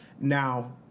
Now